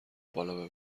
بالا